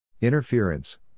Interference